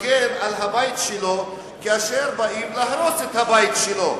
מגן על הבית שלו כאשר באים להרוס את הבית שלו.